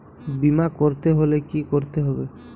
বিমা করতে হলে কি করতে হবে?